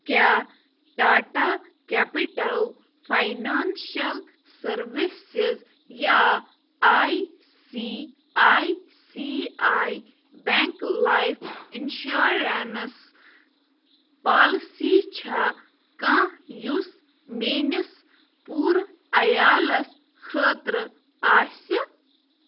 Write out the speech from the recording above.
کیٛاہ Tata capital financial services یا I C I C I bank life insurance policy چھےٚ کانٛہہ یُس میٛٲنِس پوٗرٕ عیالَس خٲطرٕ آسہِ